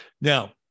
now